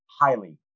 highly